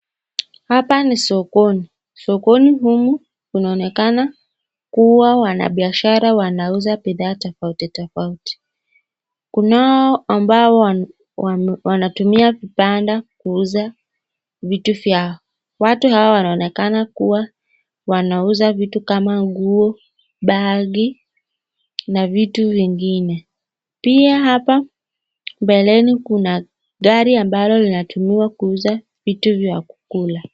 Hapa ni sokoni. Sokoni humu inaonekana kuwa wanabiashara wanauza bidhaa tofauti tofauti. Kunao ambao wanatumua vibanda kuuza vitu vyao. Watu hawa wanaonekana kuwa wanauza vitu kama nguo, bagi na vitu vingine. Pia hapa mbeleni kuna gari ambalo linatumiwa kuuza vitu vya kukula.